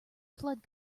flood